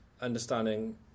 understanding